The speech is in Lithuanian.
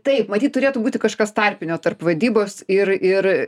taip matyt turėtų būti kažkas tarpinio tarp vadybos ir ir